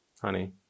Honey